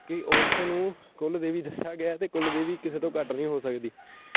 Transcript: ਕਿ ਔਰਤ ਨੂੰ ਕੁਲ ਦੇਵੀ ਦੱਸਿਆ ਗਿਆ ਹੈ ਅਤੇ ਕੁਲ ਦੇਵੀ ਕਿਸੇ ਤੋਂ ਘੱਟ ਨਹੀਂ ਹੋ ਸਕਦੀ